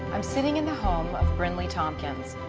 i'm sitting in the home of brenley tompkins.